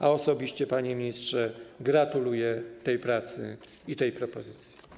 A osobiście, panie ministrze, gratuluję tej pracy i tej propozycji.